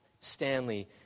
Stanley